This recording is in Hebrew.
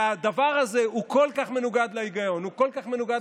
הדבר הזה כל כך מנוגד להיגיון וכל כך מנוגד